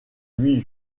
huit